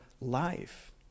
life